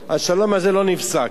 השלום הזה לא נפסק.